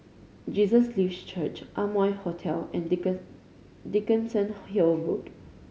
Jesus Lives Church Amoy Hotel and Dickenson Hill Road